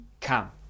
come